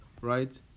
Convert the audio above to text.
right